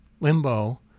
Limbo